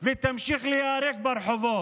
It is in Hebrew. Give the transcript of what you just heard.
ותמשיך להיהרג ברחובות.